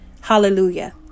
hallelujah